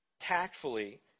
tactfully